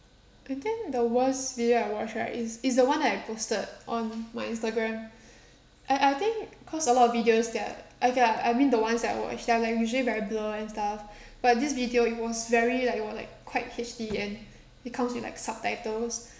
I think the worst video I watched right is is the one that I posted on my instagram I I think cause a lot of videos that okay lah I mean the ones that I watched they are like usually very blur and stuff but this video it was very like it was like quite H_D and it comes with like subtitles